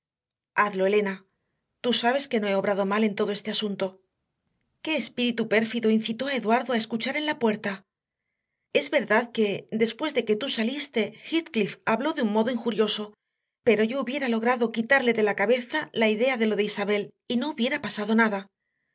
hazlo elena tú sabes que no he obrado mal en todo este asunto qué espíritu pérfido incitó a eduardo a escuchar en la puerta es verdad que después de que tú saliste heathcliff habló de un modo injurioso pero yo hubiera logrado quitarle de la cabeza la idea de lo de isabel y no hubiera pasado nada